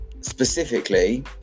specifically